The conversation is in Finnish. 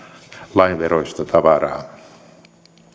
lain veroista tavaraa